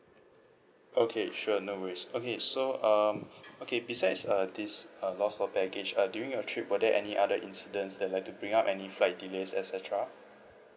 okay sure no worries okay so um okay besides uh this uh lost of baggage uh during your trip were there any other incidents that like to bring up any flight delays et cetera